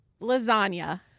Lasagna